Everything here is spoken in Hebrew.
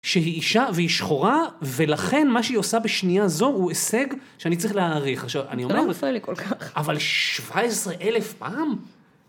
- שהיא אישה והיא שחורה, ולכן מה שהיא עושה בשנייה זו הוא הישג שאני צריך להעריך. עכשיו, אני אומר... - זה לא מפריע לי כל כך - אבל 17 אלף פעם?